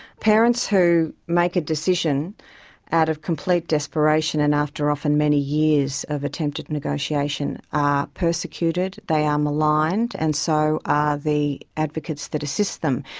parents who make a decision out of complete desperation and after often many years of attempted negotiation are persecuted, they are maligned, and so are the advocates that assist them.